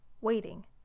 waiting